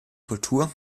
kultur